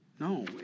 No